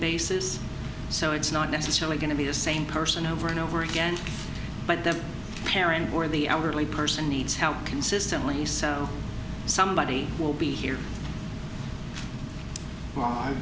basis so it's not necessarily going to be the same person over and over again but the parent or the elderly person needs help consistently so somebody will be here